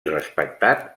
respectat